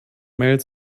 mel